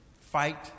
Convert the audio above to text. fight